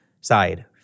side